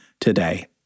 today